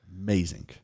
Amazing